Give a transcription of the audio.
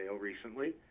recently